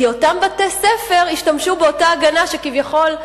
כי אותם בתי-ספר השתמשו באותה הגנה שכביכול,